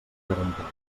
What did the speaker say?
garanteix